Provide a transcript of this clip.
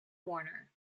warner